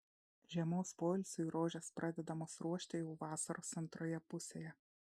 žiemos poilsiui rožės pradedamos ruošti jau vasaros antroje pusėje